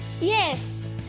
Yes